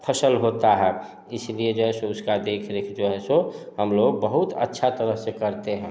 फसल होता है इसलिए से जो फ़िर है उसका देख रेख जो है सो हम लोग बहुत अच्छा तरह से करते हैं